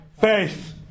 faith